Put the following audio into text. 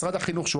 משרד החינוך,